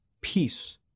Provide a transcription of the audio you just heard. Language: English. peace